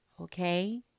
Okay